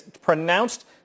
pronounced